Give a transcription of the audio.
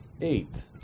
eight